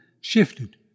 shifted